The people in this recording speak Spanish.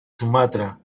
sumatra